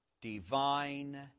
divine